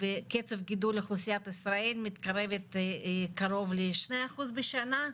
וקצב גידול אוכלוסיית ישראל מתקרבת קרוב לשני אחוז בשנה,